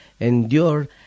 endure